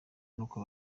nuko